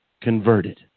converted